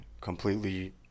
completely